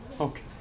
Okay